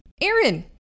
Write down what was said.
aaron